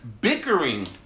bickering